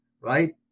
right